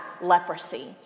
leprosy